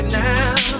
now